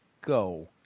go